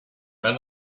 and